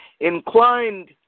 inclined